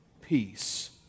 peace